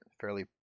fairly